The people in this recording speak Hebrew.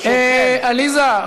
ברשותכם עליזה,